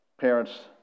Parents